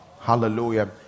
hallelujah